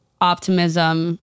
optimism